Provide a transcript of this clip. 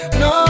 no